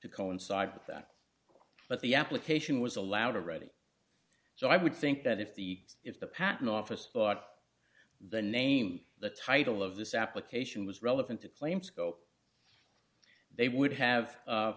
to coincide with that but the application was allowed a ready so i would think that if the if the patent office thought the name the title of this application was relevant to plame skull they would have